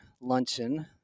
luncheon